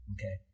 okay